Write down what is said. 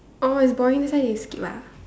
oh it's boring that's why you skip ah